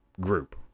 group